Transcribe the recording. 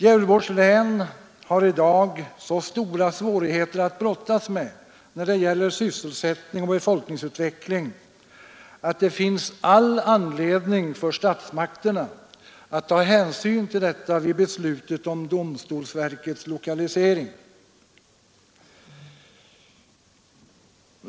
Gävleborgs län har i dag så stora svårigheter att brottas med när det gäller sysselsättning och befolkningsutveckling att det finns all anledning för statsmakterna att ta hänsyn därtill vid beslutet om domstolsverkets lokalisering.